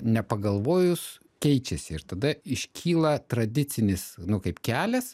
nepagalvojus keičiasi ir tada iškyla tradicinis nu kaip kelias